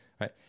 right